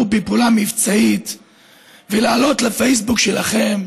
בפעולה מבצעית ולהעלות לפייסבוק שלכם?